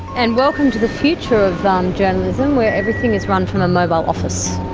and welcome to the future of um journalism where everything is run from a mobile office.